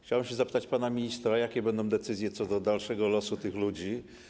Chciałem zapytać pana ministra, jakie będą decyzje co do dalszego losu tych ludzi.